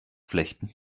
flechten